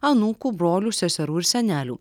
anūkų brolių seserų ir senelių